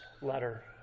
letter